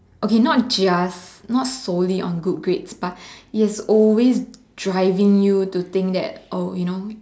okay not just not solely on good grades but it's always driving you to think that you know